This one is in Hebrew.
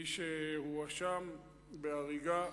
מי שהואשם בהריגה.